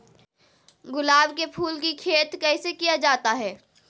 गुलाब के फूल की खेत कैसे किया जाता है?